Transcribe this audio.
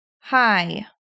hi